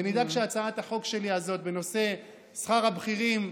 ונדאג שהצעת החוק הזאת שלי בנושא שכר הבכירים,